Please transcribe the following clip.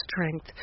strength